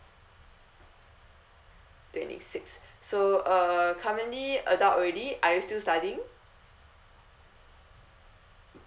twenty six so uh currently adult already are you still studying